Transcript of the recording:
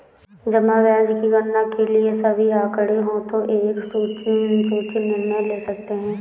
जमा ब्याज की गणना के लिए सभी आंकड़े हों तो एक सूचित निर्णय ले सकते हैं